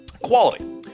Quality